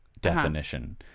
definition